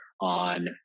On